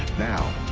now,